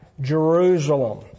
Jerusalem